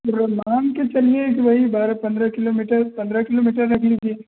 तो मानकर चलिए वही बारह पन्द्रह किलोमीटर पन्द्रह किलोमीटर रख लीजिए